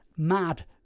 mad